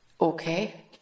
Okay